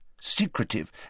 secretive